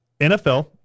NFL